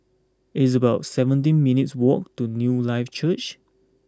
it's about seventeen minutes' walk to Newlife Church